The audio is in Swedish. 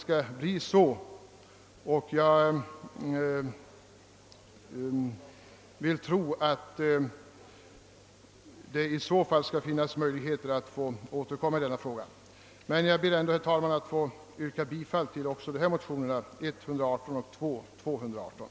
Jag vill tro att det i så fall skall finnas möjligheter att återkomma i denna fråga. Jag ber ändå, herr talman, att få yrka bifall också till motionerna I: 118 och II: 218.